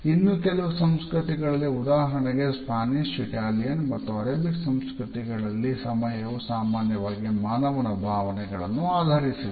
ಇನ್ನೂ ಕೆಲವು ಸಂಸ್ಕೃತಿಗಳಲ್ಲಿ ಉದಾಹರಣೆಗೆ ಸ್ಪ್ಯಾನಿಶ್ ಇಟಾಲಿಯನ್ ಮತ್ತು ಅರೇಬಿಕ್ ಸಂಸ್ಕೃತಿಗಳಲ್ಲಿ ಸಮಯವು ಸಾಮಾನ್ಯವಾಗಿ ಮಾನವನ ಭಾವನೆಗಳನ್ನು ಆಧರಿಸಿದೆ